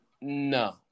No